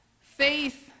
Faith